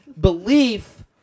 belief